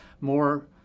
more